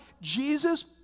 Jesus